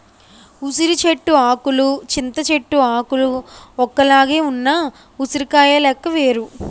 ఉసిరి చెట్టు ఆకులు చింత చెట్టు ఆకులు ఒక్కలాగే ఉన్న ఉసిరికాయ లెక్క వేరు